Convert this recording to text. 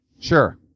Sure